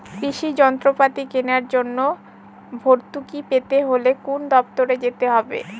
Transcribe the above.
কৃষি যন্ত্রপাতি কেনার জন্য ভর্তুকি পেতে হলে কোন দপ্তরে যেতে হবে?